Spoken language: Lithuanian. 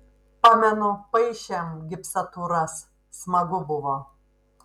pamenu paišėm gipsatūras smagu buvo